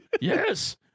Yes